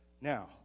Now